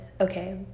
okay